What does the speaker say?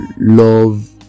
love